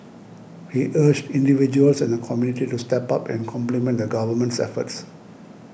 he urged individuals and the community to step up and complement the Government's efforts